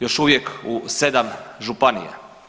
Još uvijek u 7 županija.